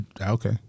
okay